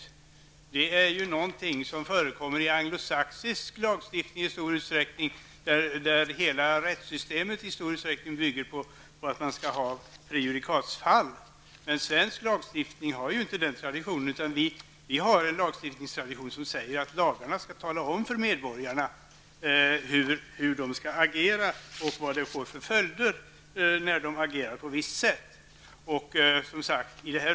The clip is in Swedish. Det är någonting som i stor utsträckning förekommer i anglosaxisk lagstiftning, där hela rättssystemet bygger på prejudikatsfall. Men svensk lagstiftning har inte den traditionen. Vi har en lagstiftningstradition som säger att lagarna skall tala om för medborgarna hur de skall agera och vilken följd det får när de agerar på ett visst sätt.